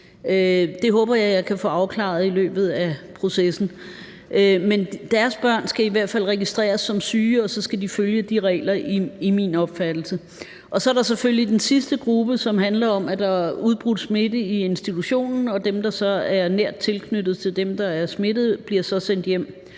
Jeg håber, at jeg kan få det afklaret i løbet af processen. Deres børn skal i hvert fald registreres som syge, og så skal de følge de regler efter min opfattelse. Så er der selvfølgelig den sidste gruppe. Her handler det om, at der er udbrudt smitte i institutionen, og dem, der er nært knyttet til dem, der er smittet, bliver så sendt hjem